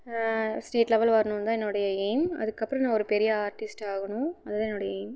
state level வர்ணும் தான் என்னோடைய எயிம் அதுக்கப்புறோம் நான் ஒரு பெரிய ஆர்டிஸ்ட்டாக ஆகணும் அது தான் என்னோட எயிம்